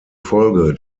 folge